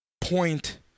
Point